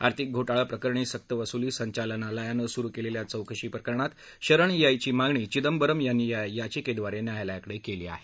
आर्थिक घोटाळा प्रकरणी सकवसुली संचालनालयानं सुरु केलेल्या चौकशी प्रकरणात शरण यायची मागणी चिदंबरम यांनी या याचिकेद्वारे न्यायालयाकडे केली आहे